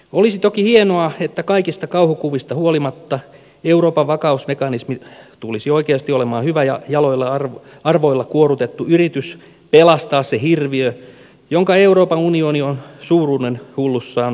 olisi toki hienoa että kaikista kauhukuvista huolimatta euroopan vakausmekanismi tulisi oikeasti olemaan hyvä ja jaloilla arvoilla kuorrutettu yritys pelastaa se hirviö jonka euroopan unioni on suuruudenhulluudessaan luonut